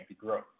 Growth